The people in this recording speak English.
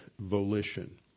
volition